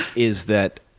is that